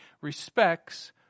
respects